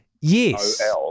Yes